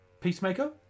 Peacemaker